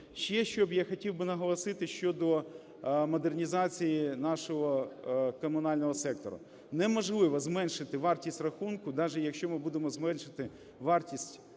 Ще що я хотів би наголосити: щодо модернізації нашого комунального сектору. Неможливо зменшити вартість рахунку, даже якщо ми будемо зменшувати вартість